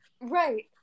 right